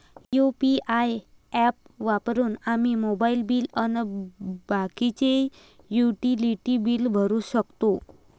UPI app वापरून आम्ही mobile bill अन बाकीचे युटिलिटी बिल भरू शकतो